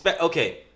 okay